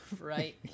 Right